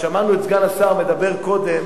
בנאום שלו מטעם סיעת קדימה בהצעה לסדר-היום,